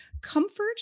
Comfort